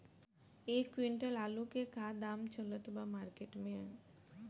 एक क्विंटल आलू के का दाम चलत बा मार्केट मे?